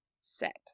set